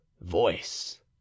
voice